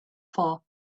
far